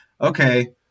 okay